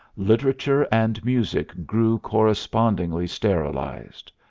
literature and music grew correspondingly sterilized.